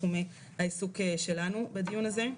תחומי העיסוק שלנו בדיון הזה.